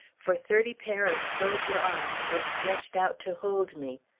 for thirty pair of soldier arms were stretched out to hold me.